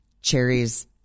cherries